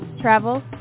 travel